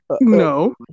No